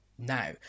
Now